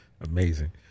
amazing